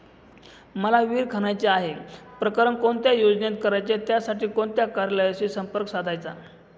मला विहिर खणायची आहे, प्रकरण कोणत्या योजनेत करायचे त्यासाठी कोणत्या कार्यालयाशी संपर्क साधायचा?